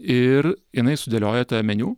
ir jinai sudėliojo tą meniu